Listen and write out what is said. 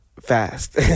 fast